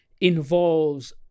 involves